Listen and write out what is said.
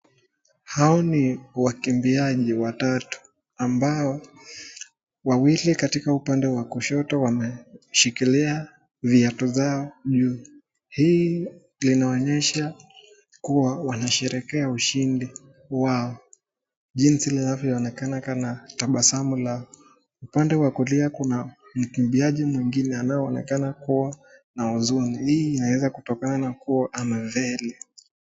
Hao ni wakimbiaji watatu ambao, wawili katika upande wa kushoto wameshikilia viatu vyao juu. Hii inaonyesha kuwa wanasherehekea ushindi wao jinsi inavyoonekana tabasamu lao. Upande wa kulia kuna mkimbiaji mwengine anayeonekana kuwa na huzuni . Hii inaweza kutokana kuwa amefeli.